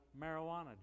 marijuana